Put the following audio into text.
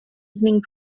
evening